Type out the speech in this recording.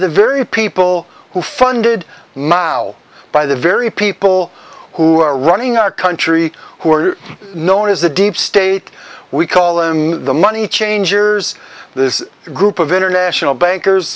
the very people who funded mao by the very people who are running our country who are known as the deep state we call them the money changers this group of international bankers